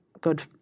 good